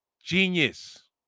genius